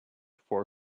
for